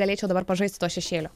galėčiau dabar pažaist su tuo šešėliu